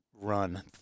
run